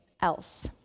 else